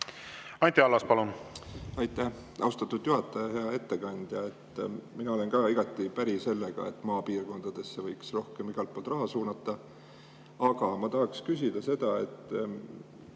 Anti Allas, palun! Aitäh, austatud juhataja! Hea ettekandja! Mina olen ka igati päri sellega, et maapiirkondadesse võiks rohkem igalt poolt raha suunata. Aga ma küsin seda: